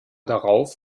darauf